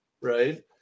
right